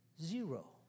Zero